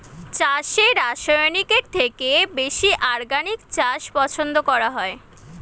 চাষে রাসায়নিকের থেকে বেশি অর্গানিক চাষ পছন্দ করা হয়